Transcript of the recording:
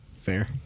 Fair